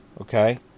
Okay